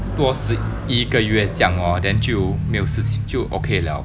多死一个月这样 lor then 就没有事就 okay liao